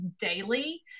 daily